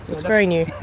it's very new,